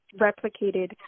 replicated